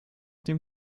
dem